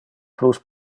plus